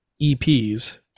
EPs